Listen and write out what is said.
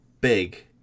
big